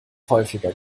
häufiger